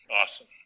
awesome